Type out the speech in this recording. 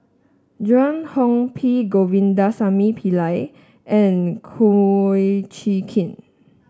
Joan Hon P Govindasamy Pillai and Kum Chee Kin